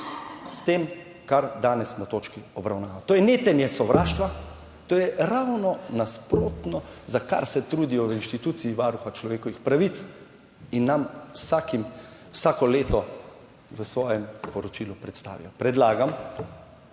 s tem, kar se danes pri točki obravnava. To je netenje sovraštva, to je ravno nasprotno, za kar se trudijo v instituciji Varuha človekovih pravic in nam vsako leto v svojem poročilu predstavijo. Predlagam,